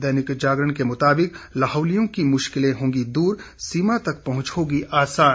दैनिक जागरण के मुताबिक लाहुलियों की मुश्किलें होंगी दूर सीमा तक पहुंच होगी आसान